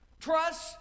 Trust